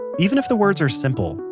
even if the words are simple,